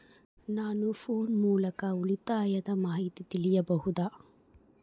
ನಾವು ಫೋನ್ ಮೂಲಕ ಉಳಿತಾಯದ ಮಾಹಿತಿ ತಿಳಿಯಬಹುದಾ?